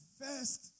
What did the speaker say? first